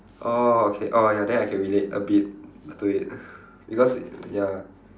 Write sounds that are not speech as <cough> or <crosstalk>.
oh okay oh ya then I can relate a bit <noise> to it <breath> because it's ya